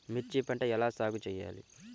మిర్చి పంట ఎలా సాగు చేయాలి?